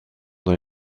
dans